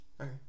Okay